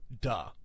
Duh